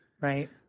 right